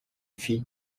fille